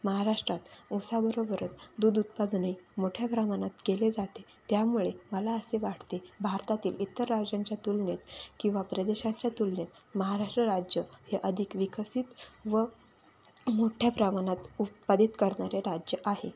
महाराष्ट्रात ऊसाबरोबरच दूध उत्पादनही मोठ्या प्रमाणात केले जाते त्यामुळे मला असे वाटते भारतातील इतर राज्यांच्या तुलनेत किंवा प्रदेशांच्या तुलनेत महाराष्ट्र राज्य हे अधिक विकसित व मोठ्या प्रमाणात उत्पादित करणारे राज्य आहे